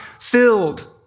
filled